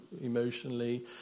emotionally